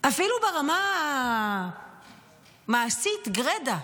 אפילו ברמה מעשית גרידא?